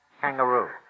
Kangaroo